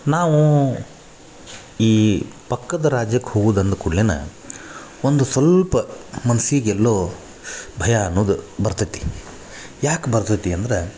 ನಾವು ಈ ಪಕ್ಕದ ರಾಜ್ಯಕ್ಕೆ ಹೋಗುದು ಅಂದ ಕೂಡಲೆನ ಒಂದು ಸ್ವಲ್ಪ ಮನ್ಸಿಗೆ ಎಲ್ಲೋ ಭಯ ಅನ್ನುದು ಬರ್ತೈತಿ ಯಾಕೆ ಬರ್ತೈತಿ ಅಂದ್ರೆ